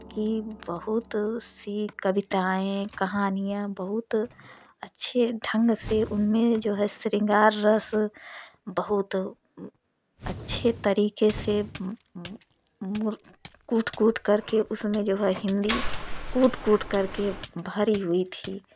की बहुत सी कविताएँ कहानियाँ बहुत अच्छे ढंग से उनमें जो है श्रृंगार रस बहुत अच्छे तरीके से कूट कूट करके उसमें जो है हिन्दी कूट कूट करके भरी हुई थी